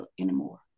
anymore